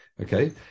Okay